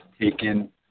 taken